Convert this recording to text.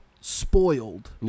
spoiled